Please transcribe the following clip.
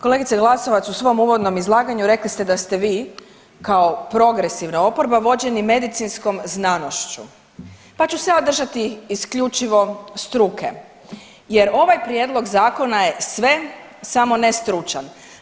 Kolegice Glasovac, u svom uvodnom izlaganju rekli ste da ste vi kao progresivna oporba vođeni medicinskom znanošću, pa ću se ja držati isključivo struke jer ovaj prijedlog zakona je sve samo ne stručan.